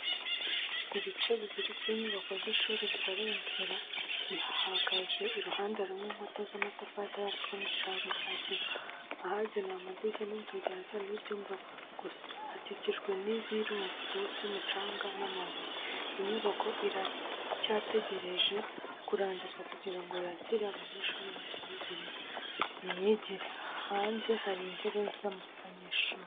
Ibice bibiri by’inyubako z’ishuri bitaruzura bihagaze iruhande rumwe, inkuta z’amatafari atarafatwa n’igishahuro cy'isima. Ahagenewe amadirishya n’inzugi haracyarimo ibyuma gusa, hakikijwe n’ibirundo by’umucanga n’amabuye. Inyubako iracyategereje kurangizwa kugira ngo yakire abanyeshuri mu myigire. Hanze hari intebe z'abanyeshuri.